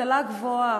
השכלה גבוהה,